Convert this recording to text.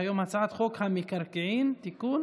27 חברי כנסת בעד, אין